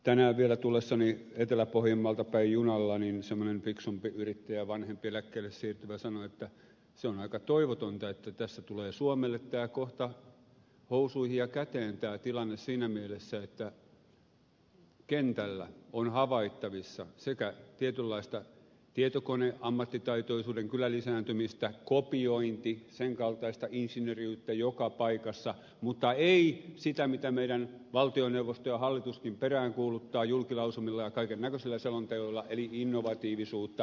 tänään vielä tullessani etelä pohjanmaalta päin junalla semmoinen fiksumpi yrittäjä vanhempi eläkkeelle siirtyvä sanoi että se on aika toivotonta että tässä tulee suomelle kohta housuihin ja käteen tämä tilanne siinä mielessä että kentällä on havaittavissa tietynlaista tietokoneammattitaitoisuuden lisääntymistä kyllä kopiointi sen kaltaista insinööriyttä joka paikassa mutta ei sitä mitä meillä valtioneuvosto ja hallituskin peräänkuuluttaa julkilausumilla ja kaikennäköisillä selonteoilla eli innovatiivisuutta